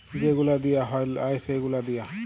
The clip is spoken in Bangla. যে গুলা দিঁয়া হ্যয় লায় সে গুলা দিঁয়া